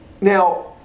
Now